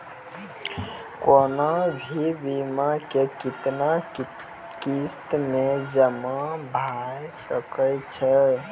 कोनो भी बीमा के कितना किस्त मे जमा भाय सके छै?